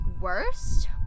worst